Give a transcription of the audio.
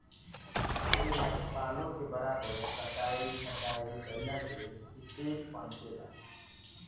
पेड़ पालो के बराबर कटाई छटाई कईला से इ तेज पनपे ला